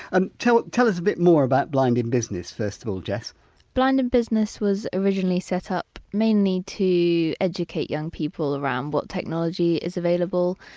and tell tell us a bit more about blind in business, first of all, jess blind in business was originally set up mainly to educate young people around what technology is available.